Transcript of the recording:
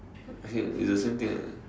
hey it's the same thing right